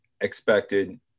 expected